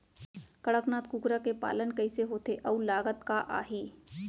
कड़कनाथ कुकरा के पालन कइसे होथे अऊ लागत का आही?